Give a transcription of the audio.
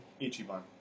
Ichiban